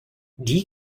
die